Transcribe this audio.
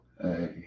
Hey